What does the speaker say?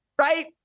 right